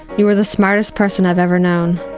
you were the smartest person i've ever known.